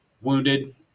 wounded